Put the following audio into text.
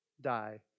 die